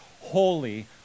holy